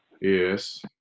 yes